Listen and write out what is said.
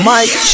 Mike